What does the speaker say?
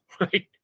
right